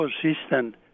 consistent